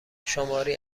شماری